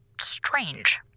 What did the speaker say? strange